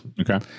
okay